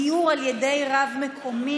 (גיור על ידי רב מקומי),